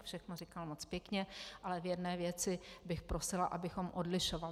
Všechno říkal moc pěkně, ale v jedné věci bych prosila, abychom odlišovali.